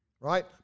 right